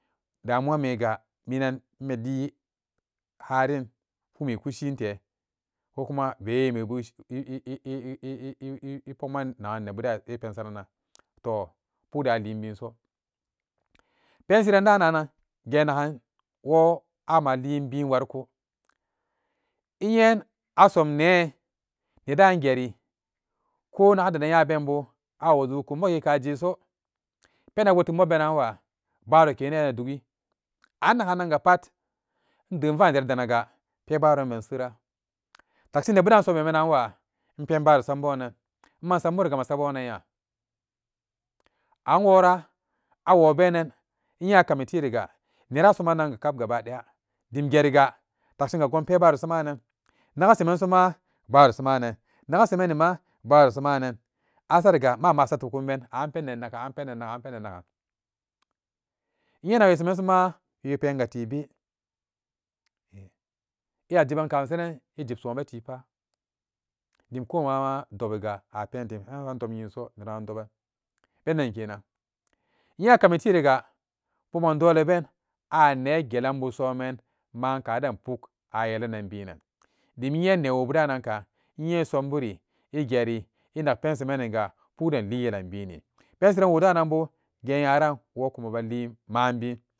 Damuwa megaa minan malii haann pume ku shinte ko kuma bewemebu pokmanna nebuden epensaranan toh pukden alin bingo pensiran danan gennagan woo amaliibin wriko innye asom nee nedan geri ko naga denan nya benbo awo zugukun mokeka jeso penan gon tep mobenanwa baro kene dugii annagannanka pat inden vaan deri danaga pebaron ben treran takshin nebudan insop yemananwa inpe inbaro sambunnan masamburiga masabunan nya anwora awo benan innye akami tii riga nera asamunanga kap gaba daya dim geriga takshingo gonpe baro samanan ndaseman soma bara sama nan nagaseman soma baro samunan asariga ma'ama asa tuddun ben an penden nagan an penden nagan an penden nagan inye innakwe seman soma wii penga tebe eh eya jiban ka masenen. Ejib son beti paan dim ko ma'ama dobiga a pendim madobnyin so nedonan doban penden kenan inye akami tii riga pokman doleben ane gelanbu somen maa kaden puk a yelanan biinan dim innye newobudananka iniye insombun egeri enak pen semeniga pukden li yelan bini pen siran wo dananbo gennyaran wokuma bali maa bin.